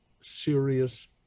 serious